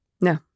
No